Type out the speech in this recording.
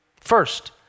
First